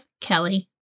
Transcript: Kelly